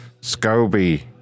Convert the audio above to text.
Scobie